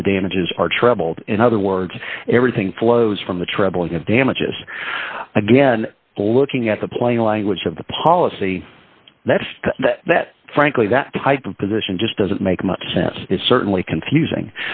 if the damages are trebled in other words everything flows from the trembling of damages again looking at the plain language of the policy that says that frankly that type of position just doesn't make much sense is certainly confusing